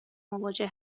مواجه